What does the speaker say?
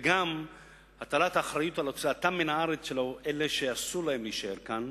וגם הטלת האחריות להוצאתם מן הארץ של אלה שאסור להם להישאר כאן,